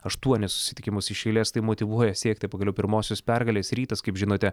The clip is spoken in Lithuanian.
aštuonis susitikimus iš eilės tai motyvuoja siekti pagaliau pirmosios pergalės rytas kaip žinote